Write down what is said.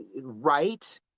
right